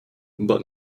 but